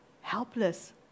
helpless